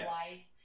life